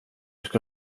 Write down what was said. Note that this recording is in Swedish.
ska